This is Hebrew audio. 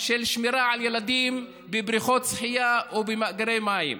של שמירה על הילדים בבריכות שחייה ובמאגרי מים,